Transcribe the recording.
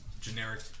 generic